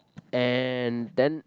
and then